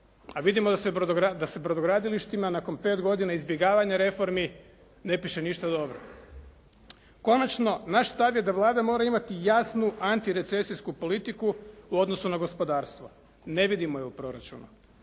a vidimo da se brodogradilištima nakon 5 godina izbjegavanja reformi, ne piše ništa dobro. Konačno naš stav je da Vlada mora imati jasnu antirecesijsku politiku u odnosu na gospodarstvo. Ne vidimo je u proračunu.